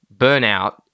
burnout